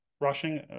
rushing